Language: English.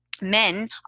Men